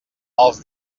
els